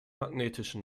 magnetischen